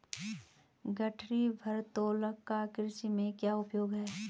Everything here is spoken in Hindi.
गठरी भारोत्तोलक का कृषि में क्या उपयोग है?